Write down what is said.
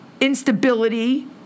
instability